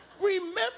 Remember